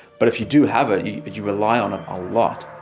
but if you do have it you it you rely on it a lot.